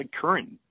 current